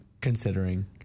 considering